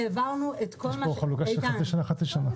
יש פה חלוקה של חצי שנה-חצי שנה.